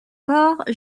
corps